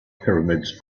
pyramids